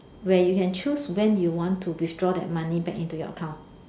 where you can choose when you want to withdraw that money back into your account